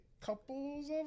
couples